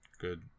good